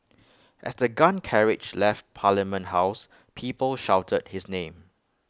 as the gun carriage left parliament house people shouted his name